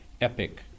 epic